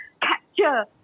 capture